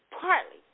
Partly